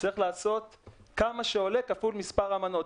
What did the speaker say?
צריך לחשב כמה שעולה כפול מספר המנות.